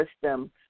system